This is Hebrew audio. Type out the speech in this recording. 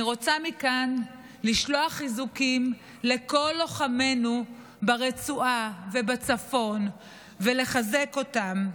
אני רוצה מכאן לשלוח חיזוקים לכל לוחמינו ברצועה ובצפון ולחזק אותם.